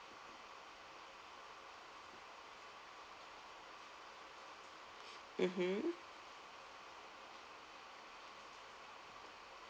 mmhmm